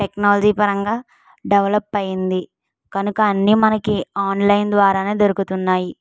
technology పరంగా develop అయింది కనుక అన్నీ మనకి ఆన్లైన్ ద్వారా దొరుకుతున్నాయి